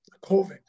COVID